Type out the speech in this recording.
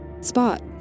spot